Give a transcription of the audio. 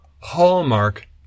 hallmark